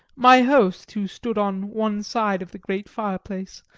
my host, who stood on one side of the great fireplace,